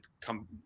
come